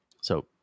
So-